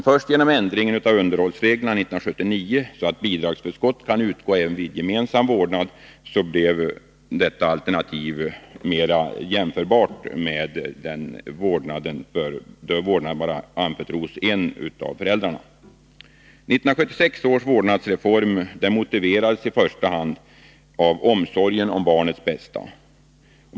Först genom ändringen av underhållsreglerna 1979, så att bidragsförskott kan utgå även vid gemensam vårdnad, blev detta alternativ mera jämförbart med fall där vårdnaden anförtros bara en av föräldrarna. 1976 års vårdnadsreform motiverades i första hand av omsorgen om barnets bästa.